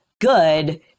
good